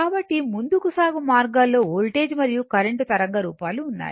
కాబట్టి ముందుకు సాగు మార్గాల్లో వోల్టేజ్ మరియు కరెంట్ తరంగ రూపాలు ఉన్నాయి